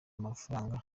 amafaranga